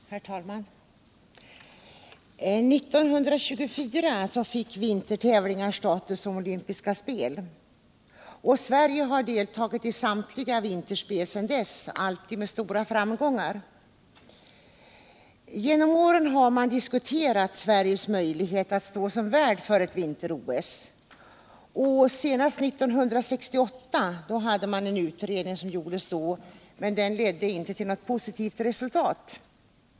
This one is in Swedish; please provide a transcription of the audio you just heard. Herr talman! År 1924 fick vintertävlingar status som olympiska spel. Sverige har deltagit i samtliga vinterspel sedan dess, alltid med stora framgångar. Genom åren har man diskuterat Sveriges möjligheter att stå som värd för ett vinter-OS. Senast 1968 gjordes en utredning, som dock inte ledde till något positivt resultat.